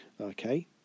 Okay